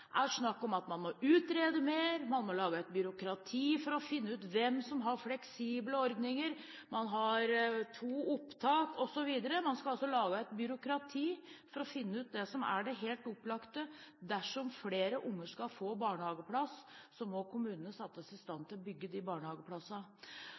er snakk om at man må utrede mer, man må lage et byråkrati for å finne ut hvem som har fleksible ordninger, som har to opptak osv. Man skal altså lage et byråkrati for å finne ut det som er det helt opplagte: Dersom flere unger skal få barnehageplass, må kommunene settes i stand